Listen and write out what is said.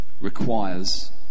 requires